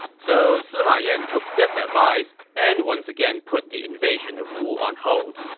so sima yan took this advice and once again put the invasion of wu on hold.